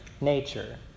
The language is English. nature